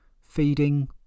feeding